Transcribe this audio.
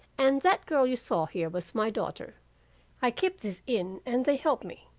and that girl you saw here was my daughter i keep this inn and they help me,